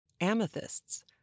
amethysts